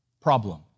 problem